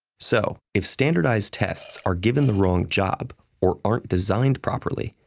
so, if standardized tests are given the wrong job, or aren't designed properly,